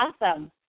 Awesome